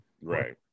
Right